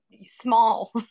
small